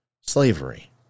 slavery